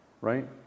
right